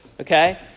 Okay